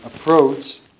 Approach